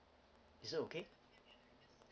is it okay